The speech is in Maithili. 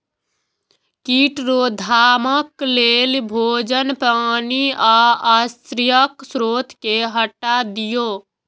कीट रोकथाम लेल भोजन, पानि आ आश्रयक स्रोत कें हटा दियौ